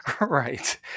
Right